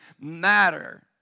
matter